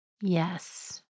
Yes